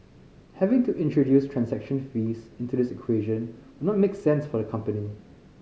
having to introduce transaction fees into this equation not make sense for the company